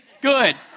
good